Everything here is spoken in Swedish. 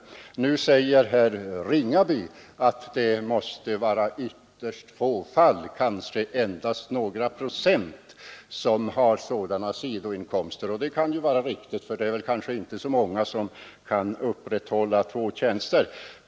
Herr Ringaby säger att det måste vara ytterst få, kanske endast någon procent, som har sådana sidoinkomster, och det kan ju vara riktigt, ty det är kanske inte så många som kan upprätthålla två tjänster.